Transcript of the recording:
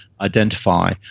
identify